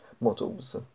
models